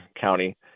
county